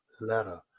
letter